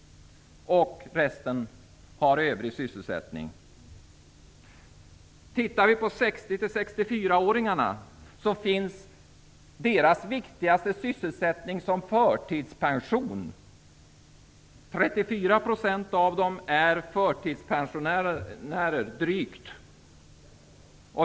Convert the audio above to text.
Resten har övrig sysselsättning. Om vi ser på 60--64-åringarna, finns deras viktigaste sysselsättning i form av förtidspension. Drygt 34 % av dem är förtidspensionärer.